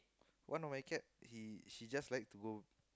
one of my cat he she just like to go